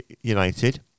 United